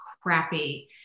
crappy